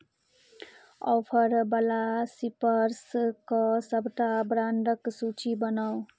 ऑफरवला सिपर्सके सभटा ब्रांडक सूची बनाउ